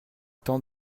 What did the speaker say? temps